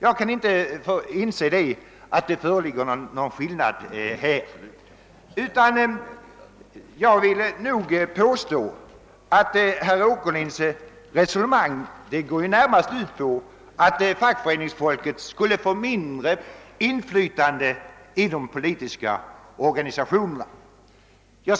Jag kan inte inse att här föreligger någon annan skillnad: Jag vill påstå att herr Åkerlinds resonemang närmast går ut på att fackföreningsfolket skulle få mindre inflytande i de politiska organisationerna.